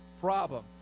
problem